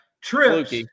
trips